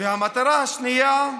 והמטרה השנייה,